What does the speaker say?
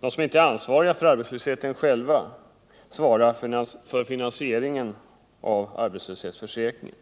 de som inte är ansvariga för arbetslösheten, skall givetvis inte själva svara för finansieringen av arbetslöshetsförsäkringen.